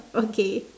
okay